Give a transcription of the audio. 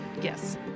Yes